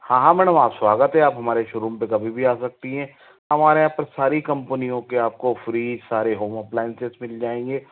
हाँ हाँ मैडम स्वागत है आप हमारे शोरूम में कभी भी आ सकती हैं हमारे यहाँ सारी कंपनीयों के और फ्रीज सारे होमो प्लांस मिल जाएँगे और